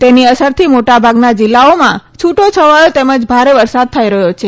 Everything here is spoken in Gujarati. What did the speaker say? તેની અસરથી મોટાભાગના જિલ્લાઓમાં છૂટો છવાયો તેમજ ભારે વરસાદ થઈ રહ્યો છે